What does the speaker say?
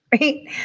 right